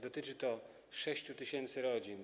Dotyczy to 6 tys. rodzin.